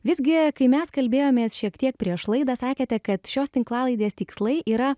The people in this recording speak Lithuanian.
visgi kai mes kalbėjomės šiek tiek prieš laidą sakėte kad šios tinklalaidės tikslai yra